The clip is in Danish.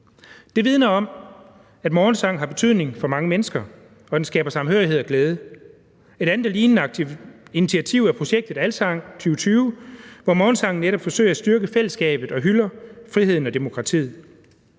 Det vidner om, at morgensang har betydning for mange mennesker, og at det skaber samhørighed og glæde. Et andet og lignende initiativ er projektet »ALSANG 2020«, hvor man med morgensang netop forsøger at styrke fællesskabet og hylder friheden og demokratiet.